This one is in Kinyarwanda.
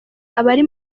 abari